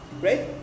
right